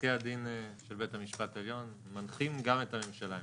פסקי הדין של בית המשפט העליון מנחים גם את הממשלה,